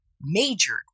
majored